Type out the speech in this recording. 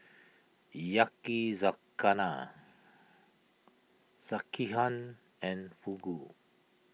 Yakizakana Sekihan and Fugu